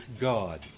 God